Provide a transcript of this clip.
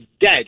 dead